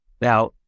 Now